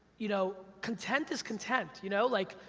you know? content is content, you know? like,